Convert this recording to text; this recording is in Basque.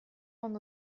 ondo